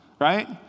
right